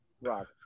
Rock